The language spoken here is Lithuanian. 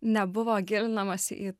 nebuvo gilinamasi į